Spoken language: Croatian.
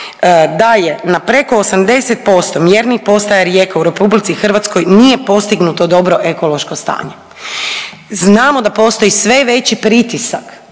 da je na preko 80% mjernih postaja rijeka u RH nije postignuto dobro ekološko stanje. Znamo da postoji sve veći pritisak